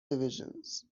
divisions